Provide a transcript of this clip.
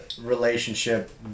relationship